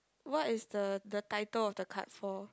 what is the the title of the card for